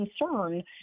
concern